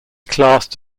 classed